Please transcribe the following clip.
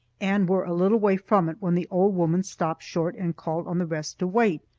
and were a little way from it when the old woman stopped short and called on the rest to wait.